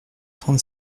trente